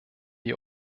die